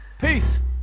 Peace